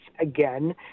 again